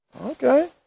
okay